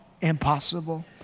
impossible